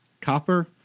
copper